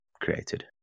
created